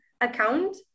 account